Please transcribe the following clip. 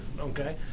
okay